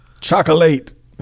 chocolate